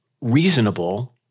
reasonable